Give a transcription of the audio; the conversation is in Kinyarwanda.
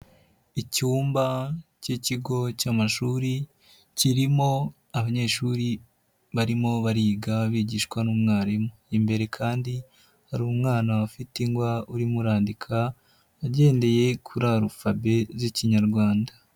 Icyumba k'ikigo cy'amashuri kirimo abanyeshuri barimo bariga bigishwa n'umwarimu, imbere kandi hari umwana ufite ingwa uririmo arandika agendeye kuri alufabe z'Ikinyarwanda.